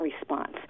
response